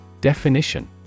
Definition